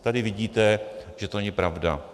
Tady vidíte, že to není pravda.